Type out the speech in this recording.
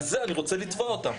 על זה אני רוצה לתבוע אותם.